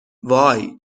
وای